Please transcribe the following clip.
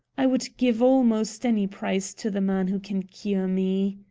i would give almost any price to the man who can cure me.